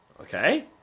Okay